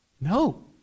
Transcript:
No